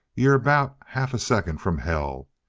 you're about half a second from hell,